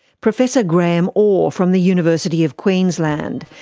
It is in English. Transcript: professor graeme orr from the university of queensland.